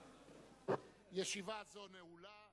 ישיבה זו נעולה.